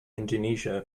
indonesia